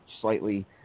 slightly